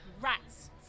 Rats